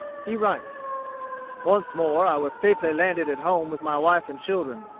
he writes once more i was safely landed at home with my wife and children.